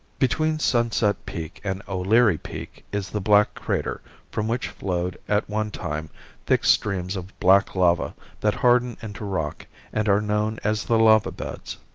between sunset peak and o'leary peak is the black crater from which flowed at one time thick streams of black lava that hardened into rock and are known as the lava beds.